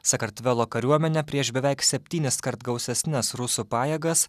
sakartvelo kariuomenę prieš beveik septyniskart gausesnes rusų pajėgas